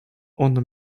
ona